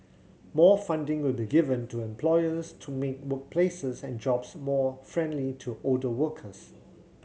more funding will be given to employers to make workplaces and jobs more friendly to older workers